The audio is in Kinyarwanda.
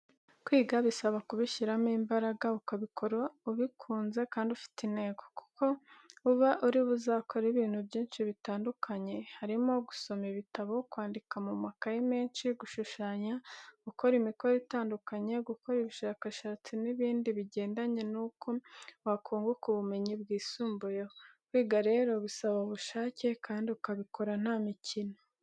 Kwiga bisaba kubishyiramo imbaraga, ukabikora ubikuze kandi ufite intego kuko uba uri buzakore ibintu byinshi bitandukanye, harimo gusoma ibitabo, kwandika mu makaye menshi, gushushanya, gukora imikoro itandukanye, gukora ubushakashatsi n'ibindi bigendanye n'uko wakunguka ubumenyi bwisumbuyeho. Kwiga rero bisaba ubushake kandi ukabikora nta mikino.